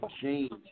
change